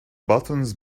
buttons